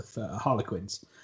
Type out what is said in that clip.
Harlequins